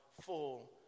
full